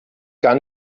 gar